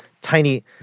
Tiny